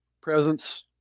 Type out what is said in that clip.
presence